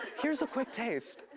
here's a quick taste.